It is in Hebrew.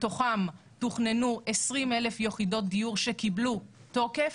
מתוכן תוכננו 20,000 יחידות דיור שקיבלו תוקף,